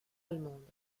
allemandes